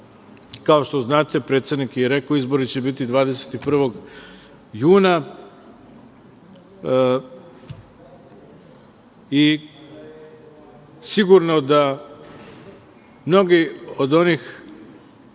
Kao što znate, predsednik je rekao izbori će biti 21. juna i sigurno da mnogi od onih